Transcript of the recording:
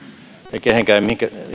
ei mihinkään